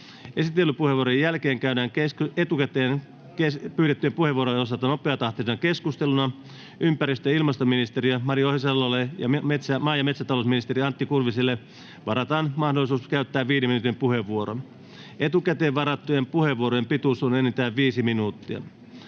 Esittelypuheenvuorojen jälkeen keskustelu käydään etukäteen pyydettyjen puheenvuorojen osalta nopeatahtisena. Ympäristö- ja ilmastoministeri Maria Ohisalolle ja maa- ja metsätalousministeri Antti Kurviselle varataan mahdollisuus käyttää viiden minuutin puheenvuoro. Etukäteen varattujen puheenvuorojen pituus on enintään viisi minuuttia.